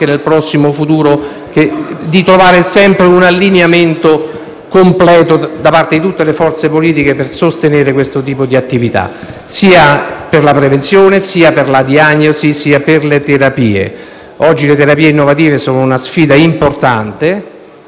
nel prossimo futuro, di trovare sempre un allineamento completo da parte di tutte le forze politiche per sostenere questo tipo di attività, sia per la prevenzione, sia per la diagnosi sia per le terapie. Oggi le terapie innovative sono una sfida importante.